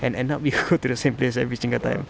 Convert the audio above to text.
and end up we go to the same place every single time